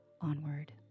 onward